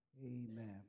Amen